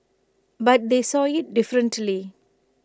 but they saw IT differently